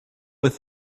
with